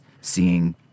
seeing